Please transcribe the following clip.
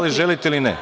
Da li želite ili ne?